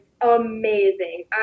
amazing